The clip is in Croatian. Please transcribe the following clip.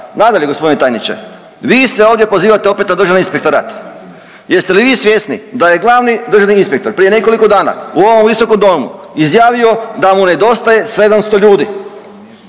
Nadalje, g. tajniče, vi se ovdje pozivate opet na Državni inspektorat. Jeste li vi svjesni da je glavni državni inspektor prije nekoliko dana u ovom visokom Domu izjavio da mu nedostaje 700 ljudi,